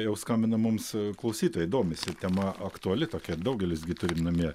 jau skambina mums klausytojai domisi tema aktuali tokia daugelis gi turim namie